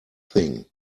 thing